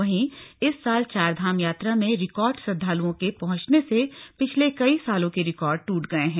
वहीं इस साल चारधाम यात्रा में रिकॉर्ड श्रद्वालुओं के पहुंचने से पिछले कई सालों के रिकॉर्ड ट्रूट गए हैं